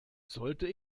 sollte